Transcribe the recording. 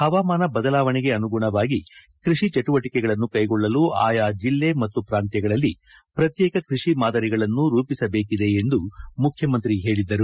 ಪವಾಮಾನ ಬದಲಾವಣೆಗೆ ಅನುಗುಣವಾಗಿ ಕೃಷಿ ಚಟುವಟಿಕೆಗಳನ್ನು ಕೈಗೊಳ್ಳಲು ಆಯಾ ಜಿಲ್ಲೆ ಮತ್ತು ಪ್ರಾಂತ್ಯಗಳಲ್ಲಿ ಪ್ರತ್ಯೇಕ ಕೃಷಿ ಮಾದರಿಗಳನ್ನು ರೂಪಿಸಬೇಕಿದೆ ಎಂದು ಮುಖ್ಯಮಂತ್ರಿ ಹೇಳಿದರು